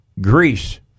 Greece